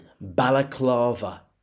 Balaclava